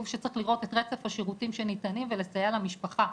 גוף שצריך לראות את רצף השירותים שניתנים ולסייע למשפחה.